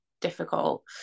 difficult